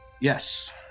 Yes